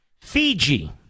Fiji